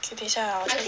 你等一下 ah 我